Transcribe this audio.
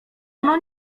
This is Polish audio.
ono